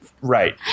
Right